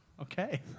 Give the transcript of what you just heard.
Okay